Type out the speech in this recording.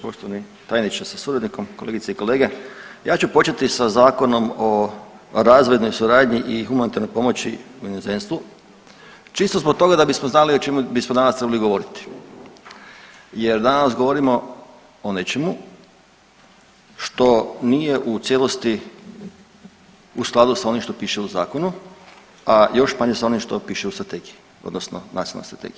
Poštovani tajniče sa suradnikom, kolegice i kolega ja ću početi sa Zakonom o razvojnoj suradnji i humanitarnoj pomoći inozemstvu čisto zbog toga da bismo znali o čemu bismo danas trebali govoriti jer danas govorimo o nečemu što nije u cijelosti u skladu sa onim što piše u zakonu, a još manje s onim što piše u strategiji odnosno nacionalnoj strategiji.